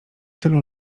tylu